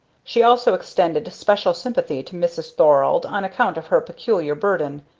she also extended special sympathy to mrs. thorald on account of her peculiar burden,